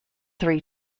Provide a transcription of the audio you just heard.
three